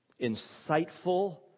insightful